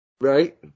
right